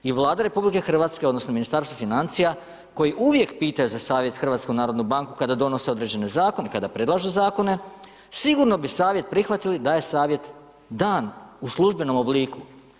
I Vlada RH odnosno Ministarstvo financija koji uvijek pitaju za savjet HNB kada donose određene zakone, kada predlažu zakone, sigurno bi savjet prihvatili da je savjet dan u službenom obliku.